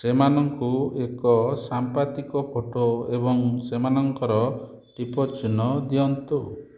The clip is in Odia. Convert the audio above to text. ସେମାନଙ୍କୁ ଏକ ସାମ୍ପାତିକ ଫଟୋ ଏବଂ ସେମାନଙ୍କର ଟିପ ଚିହ୍ନ ଦିଅନ୍ତୁ